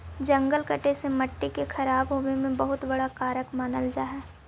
जंगल कटे से मट्टी के खराब होवे में बहुत बड़ा कारक मानल जा हइ